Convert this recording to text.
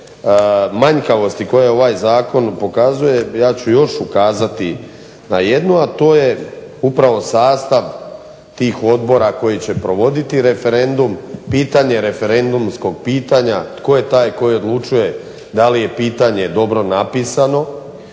manjkavosti koje ovaj zakon pokazuje ja ću još ukazati na jednu, a to je upravo sastav tih odbora koji će provoditi referendum, pitanje referendumskog pitanja, tko je taj koji odlučuje da li je pitanje dobro napisano